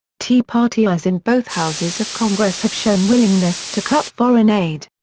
tea partiers in both houses of congress have shown willingness to cut foreign aid.